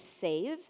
save